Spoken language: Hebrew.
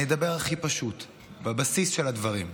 אני אדבר הכי פשוט, בבסיס של הדברים.